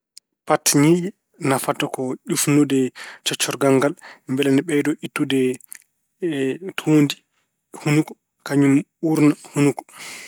Pat ñiiƴe nafata ko ƴufnude coccorgal ngal mbele ne ɓeydo ittude tuundi hunuko, kañum uurna hunuko